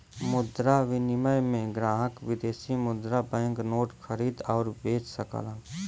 मुद्रा विनिमय में ग्राहक विदेशी मुद्रा बैंक नोट खरीद आउर बे सकलन